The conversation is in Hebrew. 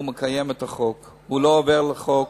הוא מקיים את החוק, הוא לא עובר על החוק.